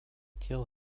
kill